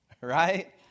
right